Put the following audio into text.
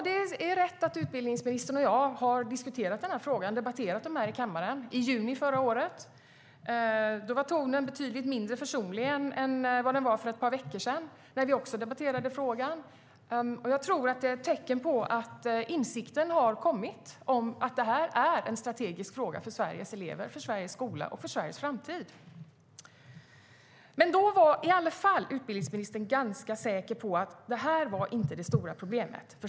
Det är rätt att utbildningsministern och jag har diskuterat frågan och debatterat den här i kammaren. I juni förra året var tonen betydligt mindre försonlig än den var för ett par veckor sedan, då vi också debatterade frågan. Jag tror att det är ett tecken på att insikten har kommit om att detta är en strategisk fråga för Sveriges elever, för Sveriges skola och för Sveriges framtid. Då var utbildningsministern i alla fall ganska säker på att detta inte var det stora problemet.